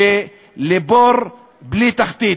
לבור בלי תחתית.